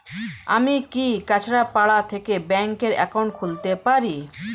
আমি কি কাছরাপাড়া থেকে ব্যাংকের একাউন্ট খুলতে পারি?